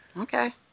Okay